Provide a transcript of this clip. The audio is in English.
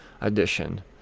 edition